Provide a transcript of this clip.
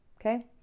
okay